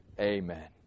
Amen